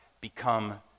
become